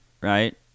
right